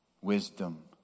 wisdom